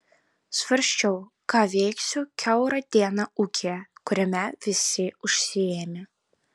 svarsčiau ką veiksiu kiaurą dieną ūkyje kuriame visi užsiėmę